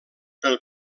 pel